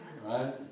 right